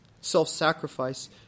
self-sacrifice